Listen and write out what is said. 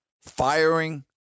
firing